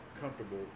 comfortable